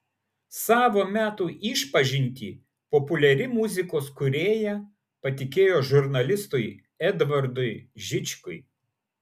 savo metų išpažintį populiari muzikos kūrėja patikėjo žurnalistui edvardui žičkui